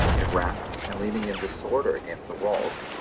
in racks, and leaning in disorder against the walls,